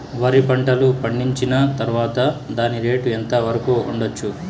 వరి పంటలు పండించిన తర్వాత దాని రేటు ఎంత వరకు ఉండచ్చు